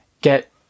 Get